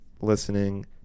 listening